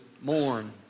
mourn